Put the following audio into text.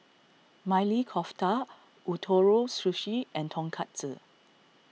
Maili Kofta Ootoro Sushi and Tonkatsu